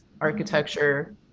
architecture